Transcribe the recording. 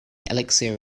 elixir